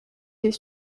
des